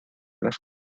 las